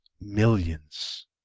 millions